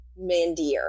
Mandir